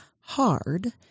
hard